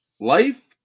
Life